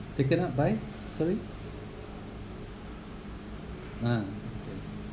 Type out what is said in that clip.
taken up by sorry ah okay